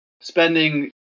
spending